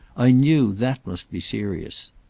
i knew that must be serious.